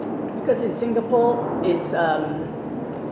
because in singapore it's um